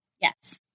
yes